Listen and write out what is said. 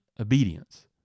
obedience